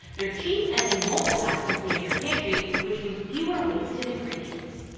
they're cheap and they won't go bad quickly in your pantry, which means fewer wasted ingredients!